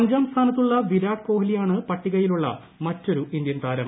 അഞ്ചാം സ്ഥാനത്തുള്ള വിരാട് കോഹ്ലിയാണ് പട്ടികയിലുള്ള മറ്റൊരു ഇന്ത്യൻ താരം